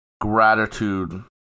gratitude